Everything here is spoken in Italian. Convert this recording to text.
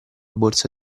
borsa